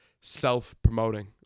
self-promoting